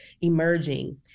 emerging